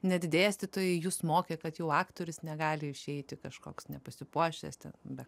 net dėstytojai jus mokė kad jau aktorius negali išeiti kažkoks nepasipuošęs ten be